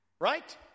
right